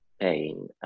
pain